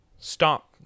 Stop